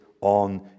on